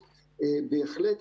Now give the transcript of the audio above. בהחלט,